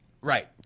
Right